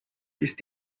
ist